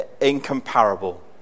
incomparable